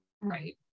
Right